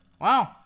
Wow